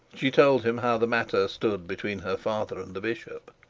she told him how the matter stood between her father and the bishop.